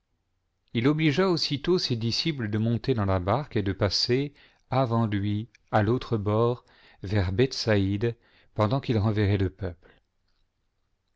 h obligea aussitôt ses disciples de monter dans la barque et de passer avant lui à l'autre bord vers bethsaïde pendant qu'il renverrait le peuple